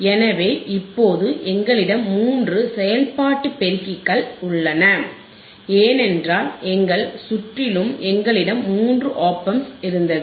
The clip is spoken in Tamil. எனவே இப்போது எங்களிடம் மூன்று செயல்பாட்டு பெருக்கிகள் உள்ளன ஏனென்றால் எங்கள் சுற்றிலும் எங்களிடம் மூன்று OP ஆம்ப்ஸ் இருந்தது